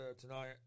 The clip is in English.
tonight